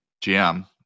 GM